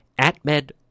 AtMed